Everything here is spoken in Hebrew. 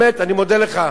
באמת, אני מודה לך.